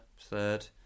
third